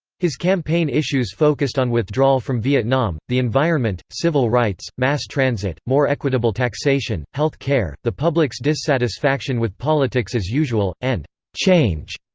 his campaign issues focused on withdrawal from vietnam, the environment, civil rights, mass transit, more equitable taxation, health care, the public's dissatisfaction with politics-as-usual, and change.